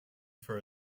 for